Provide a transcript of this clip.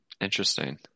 Interesting